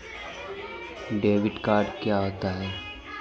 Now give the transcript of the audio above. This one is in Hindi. डेबिट कार्ड क्या होता है?